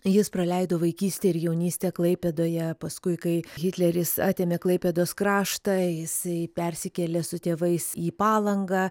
jis praleido vaikystę ir jaunystę klaipėdoje paskui kai hitleris atėmė klaipėdos kraštą jisai persikėlė su tėvais į palangą